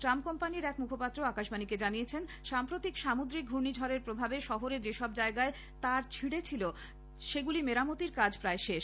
tram কোম্পানীর এক মুখপাত্র আকাশবাণীকে জানিয়েছেন সাম্প্রতিক সামুদ্রিক ঘূর্ণিঝড়ের প্রভাবে শহরে যেসব জায়গায় তার ছিঁড়েছিল তার মেরামতির কাজ প্রায় শেষ